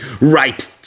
right